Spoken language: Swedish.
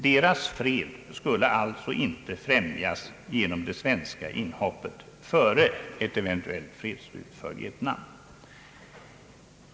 Deras fred skulle alltså inte främjas genom det svenska inhoppet före ett eventuellt fredsslut för Vietnam.